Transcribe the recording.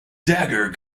dagger